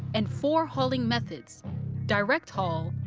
and four hauling methods direct haul,